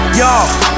y'all